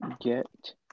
get